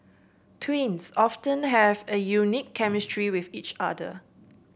twins often have a unique chemistry with each other